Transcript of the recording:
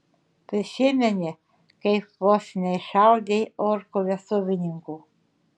prisimeni kaip vos neiššaudei orkų vestuvininkų